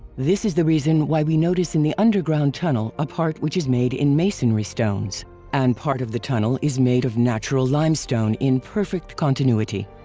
this is the reason why we notice in the underground tunnel a part which is made in masonry stones and part of the tunnel is made of natural limestone in perfect continuity.